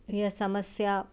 या समस्या